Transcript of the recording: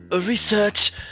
research